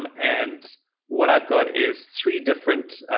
um and what i've got is three different